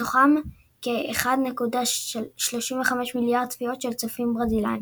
מתוכם כ-1.35 מיליארד צפיות של צופים ברזילאים.